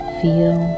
feel